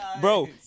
bro